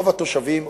רוב התושבים,